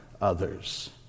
others